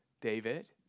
David